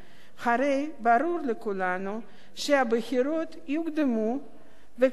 הרי ברור לכולנו שהבחירות יוקדמו והכנסת